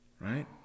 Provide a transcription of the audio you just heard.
Right